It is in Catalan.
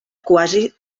quasi